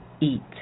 eat